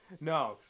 No